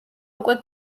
უკვე